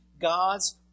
God's